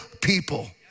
people